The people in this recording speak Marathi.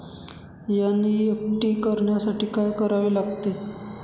एन.ई.एफ.टी करण्यासाठी काय करावे लागते?